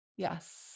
Yes